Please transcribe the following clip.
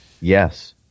Yes